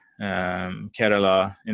Kerala